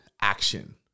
action